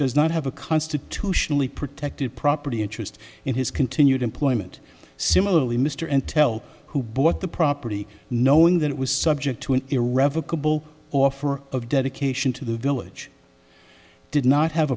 does not have a constitutionally protected property interest in his continued employment similarly mr and tell who bought the property knowing that it was subject to an irrevocable offer of dedication to the village did not have